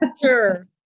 Sure